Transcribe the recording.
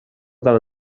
tant